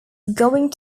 going